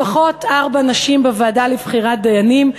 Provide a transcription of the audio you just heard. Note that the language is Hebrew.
לפחות ארבע נשים בוועדה לבחירת דיינים.